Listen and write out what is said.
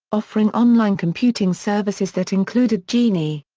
offering online computing services that included genie.